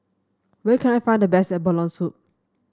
where can I find the best Boiled Abalone Soup